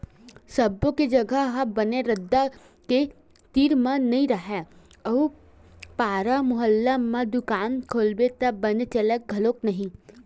सब्बो के जघा ह बने रद्दा के तीर म नइ राहय अउ पारा मुहल्ला म दुकान खोलबे त बने चलय घलो नहि